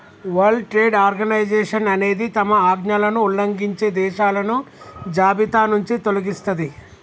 world trade organisation అనేది తమ ఆజ్ఞలను ఉల్లంఘించే దేశాలను జాబితానుంచి తొలగిస్తది